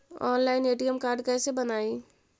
Online ATM card कैसे बनाई?